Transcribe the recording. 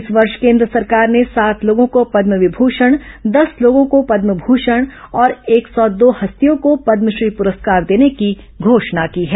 इस वर्ष केन्द्र सरकार ने सात लोगों को पद्म विभूषण दस लोगों को पद्म भूषण और एक सौ दो हस्तियों को पद्मश्री पुरस्कार देने की घोषणा की है